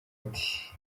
ati